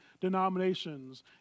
denominations